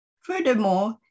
Furthermore